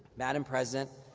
madame president,